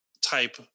type